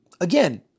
again